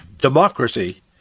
democracy